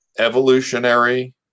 evolutionary